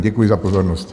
Děkuji za pozornost.